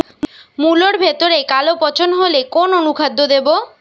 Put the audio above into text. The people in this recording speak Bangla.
মুলোর ভেতরে কালো পচন হলে কোন অনুখাদ্য দেবো?